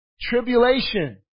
tribulation